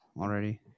already